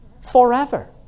forever